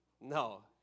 No